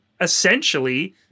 essentially